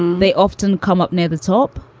they often come up near the top